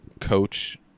coach